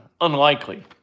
Unlikely